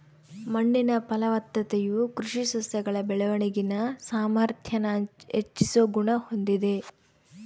ಮಣ್ಣಿನ ಫಲವತ್ತತೆಯು ಕೃಷಿ ಸಸ್ಯಗಳ ಬೆಳವಣಿಗೆನ ಸಾಮಾರ್ಥ್ಯಾನ ಹೆಚ್ಚಿಸೋ ಗುಣ ಹೊಂದಿದೆ